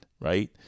Right